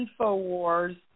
Infowars